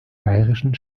bayerischen